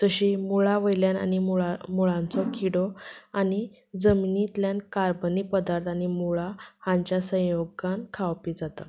तशी मुळा वयल्यान आनी मुळा मुळांचो किडो आनी जमनींतल्यान कार्बनी पदार्थ आनी मुळां हांच्या संयोगान खावपी जाता